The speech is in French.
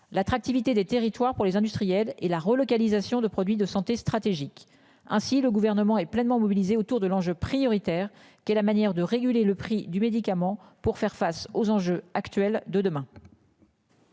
l'attractivité des territoires pour les industriels et la relocalisation de produits de santé stratégique. Ainsi, le gouvernement est pleinement mobilisée autour de l'enjeu prioritaire qui est la manière de réguler le prix du médicament pour faire face aux enjeux actuels de demain.